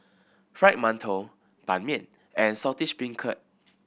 Fried Mantou Ban Mian and Saltish Beancurd